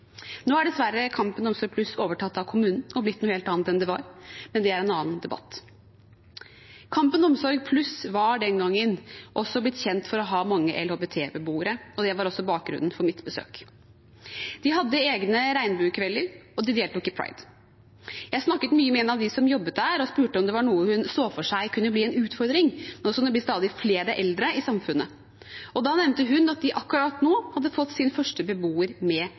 Nå er dessverre Kampen Omsorg+ overtatt av kommunen og blitt noe helt annet enn det var, men det er en annen debatt. Kampen Omsorg+ var den gangen blitt kjent for å ha mange LHBT-beboere, og det var også bakgrunnen for mitt besøk. De hadde egne regnbuekvelder, og de deltok i Pride. Jeg snakket mye med en av dem som jobbet der, og spurte om det var noe hun så for seg kunne bli en utfordring nå som det blir stadig flere eldre i samfunnet. Da nevnte hun at de for kort tid siden hadde fått sin første beboer med